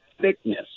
thickness